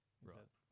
Right